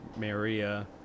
maria